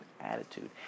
attitude